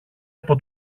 από